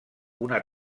una